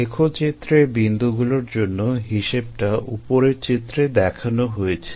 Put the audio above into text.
লেখচিত্রে বিন্দুগুলোর জন্য হিসেবটা উপরের চিত্রে দেখানো হয়েছে